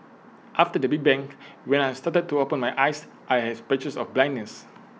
after the big bang when I started to open my eyes I had patches of blindness